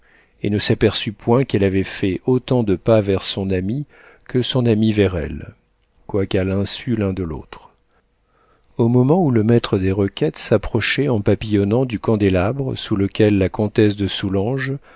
et ne s'aperçut point qu'elle avait fait autant de pas vers son ami que son ami vers elle quoiqu'à l'insu l'un de l'autre au moment où le maître des requêtes s'approchait en papillonnant du candélabre sous lequel la comtesse de soulanges